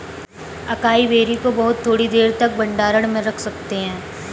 acai berry को बहुत थोड़ी देर तक भंडारण में रख सकते हैं